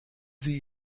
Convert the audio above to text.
sie